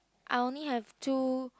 I only have two